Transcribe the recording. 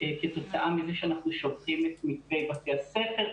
כתוצאה מזה שאנחנו --- את מתווי בתי הספר.